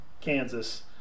Kansas